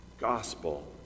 gospel